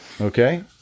Okay